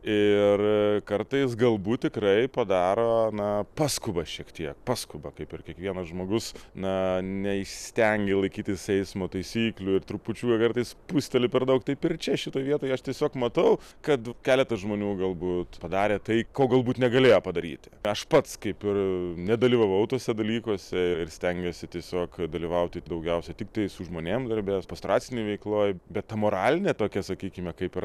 ir kartais galbūt tikrai padaro na paskuba šiek tiek paskuba kaip ir kiekvienas žmogus na neįstengė laikytis eismo taisyklių ir trupučiuką kartais spusteli per daug taip ir čia šitoj vietoj aš tiesiog matau kad keletas žmonių galbūt padarė tai ko galbūt negalėjo padaryti aš pats kaip ir nedalyvavau tuose dalykuose ir stengėsi tiesiog dalyvauti daugiausiai tiktai su žmonėm garbės pastoracinėj veikloj bet ta moraline tokia sakykime kaip ir